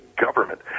government